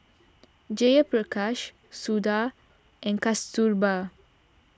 Jayaprakash Suda and Kasturba